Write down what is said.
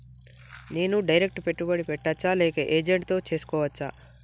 నేను డైరెక్ట్ పెట్టుబడి పెట్టచ్చా లేక ఏజెంట్ తో చేస్కోవచ్చా?